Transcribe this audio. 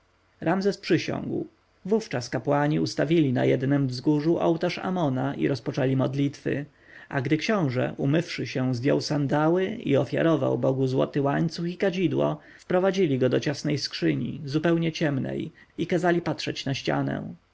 ramzes przysiągł wówczas kapłani ustawili na jednem wzgórzu ołtarz amona i rozpoczęli modlitwy a gdy książę umywszy się zdjął sandały i ofiarował bogu złoty łańcuch i kadzidło wprowadzili go do ciasnej skrzyni zupełnie ciemnej i kazali patrzeć na ścianę